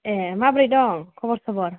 ए माबरै दं खबर सबर